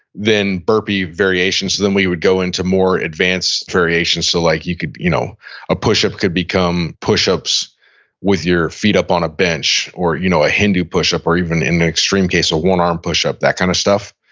then burpee variations then we would go in to more advanced variations, so like you could, you know a push-up could become push-ups with your feet up on a bench, or you know a hindu push-up, or even in an extreme case, a one arm push-up, that kind of stuff.